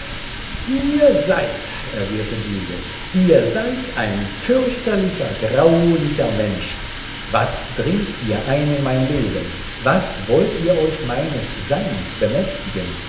ihr seid erwiderte giglio ihr seid ein fürchterlicher graulicher mensch was dringt ihr ein in mein leben was wollt ihr euch meines seins bemächtigen